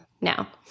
now